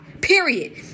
Period